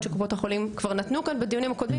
שקופות החולים נתנו כאן בדיונים הקודמים.